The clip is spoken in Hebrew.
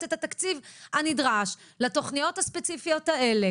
את התקציב הנדרש לתוכניות הספציפיות האלה,